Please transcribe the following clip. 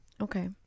Okay